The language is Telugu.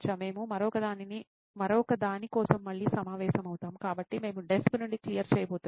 మేము మరొకదాని కోసం మళ్లీ సమావేశమవుతాము కాబట్టి మేము డెస్క్ నుండి క్లియర్ చేయబోతున్నాము